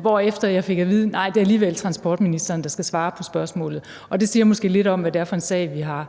hvorefter jeg fik at vide, at det alligevel var transportministeren, der skulle svare på spørgsmålet. Det siger måske lidt om, hvad det er for en sag, vi har